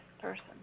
person